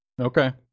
Okay